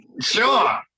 sure